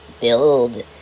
build